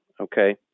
Okay